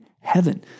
heaven